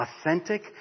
authentic